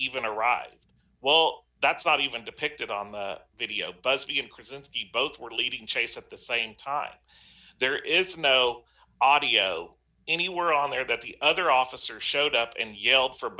even a ride well that's not even depicted on the video buzby increase since both were leading chase at the same time there is no audio anywhere on there that the other officer showed up and yelled for